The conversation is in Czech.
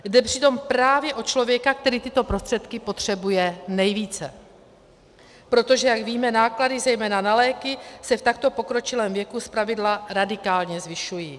Jde přitom právě o člověka, který tyto prostředky potřebuje nejvíce, protože jak víme, náklady zejména na léky se v takto pokročilém věku zpravidla radikálně zvyšují.